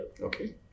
Okay